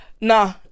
Nah